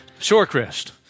Shorecrest